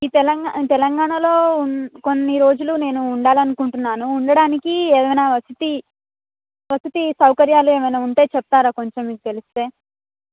ఈ తెలంగాణ తెలంగాణాలో కొన్ని రోజులు నేను ఉండాలి అనునుకుంటున్నాను ఉండడానికి ఏదన్న వసతి వసతి సౌకర్యాలు ఏమన్న ఉంటే చెప్తారా కొంచం మీకు తెలిస్తే